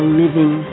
living